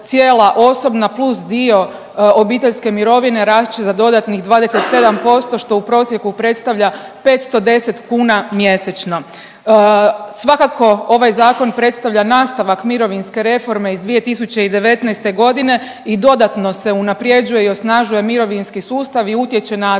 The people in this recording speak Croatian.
cijela osobna plus dio obiteljske mirovine rast će za dodatnih 27% što u prosjeku predstavlja 510 kuna mjesečno. Svakako ovaj zakon predstavlja nastavak mirovinske reforme iz 2019.g. i dodatno se unaprjeđuje i osnažuje u mirovinski sustav i utječe na